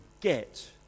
get